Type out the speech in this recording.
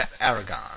Aragon